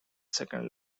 second